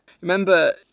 Remember